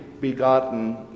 begotten